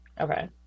Okay